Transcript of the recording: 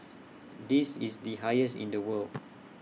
this is the highest in the world